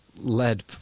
Led